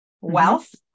wealth